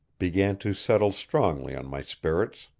began to settle strongly on my spirits.